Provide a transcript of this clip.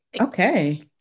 Okay